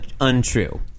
untrue